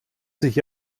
sich